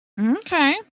Okay